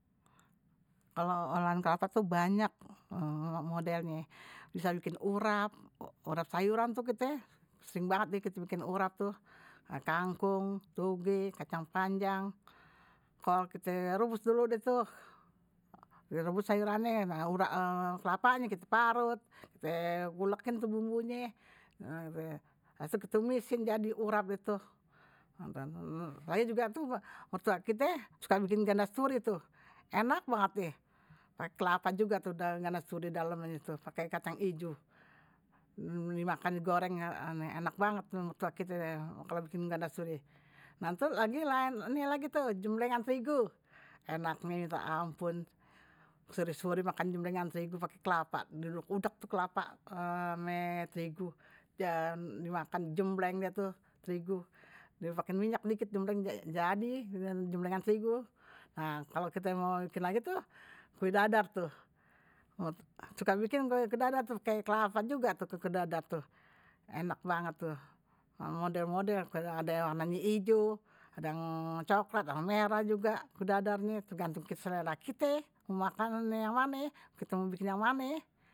Kalo olah-olahan kelapa tu banyak modelnya. Bisa bikin urap, urap sayuran itu kite sering banget kite bikin urap tuh. Kankung, toge, kacang panjang. kol kita rebus dulu deh tuh, rebus sayurannya, urak kelapanya kita parut, kita ulekin tuh bumbunya, lalu kite tumisin jadi urap gitu. Saya juga tuh, mertua kita suka bikin gandasturi tuh. Enak banget ya. Pakai kelapa juga tuh gandas turi dalamnye tuh, pakai kacang ijo. Makan goreng enak banget tuh mertua kita kalau bikin gandasturi. Nanti lagi lain, ini lagi tuh jemlengan terigu. Enaknye minta ampun. sore sore makan jemlengan terigu pake kelapa. Dulu udak tuh kelapa, meh, terigu. Dan dimakan jemleng dia tuh, terigu. Dia pake minyak sedikit, jemleng jadi dengan jemlengan terigu. Nah. kalau kita mau bikin lagi tuh kue dadar tuh. Suka bikin kue dadar tuh, pakai kelapa juga tuh kue dadar tuh. Enak banget tuh. Model-model, ade yang warna ijo, ada yang cokelat, ada yang merah juga kue dadarnya. Itu gantung ke selera kita, makanan yang mane, kite mau bikin yang mane.